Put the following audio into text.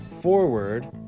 forward